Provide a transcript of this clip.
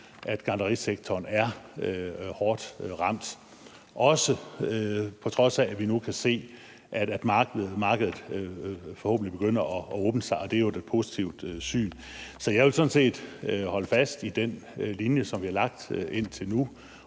at gartnerisektoren er hårdt ramt, også på trods af at vi nu kan se, at markedet forhåbentlig begynder at åbne sig og det jo er et positivt syn. Så jeg vil sådan set holde fast i den linje, som vi har lagt indtil nu,